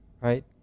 right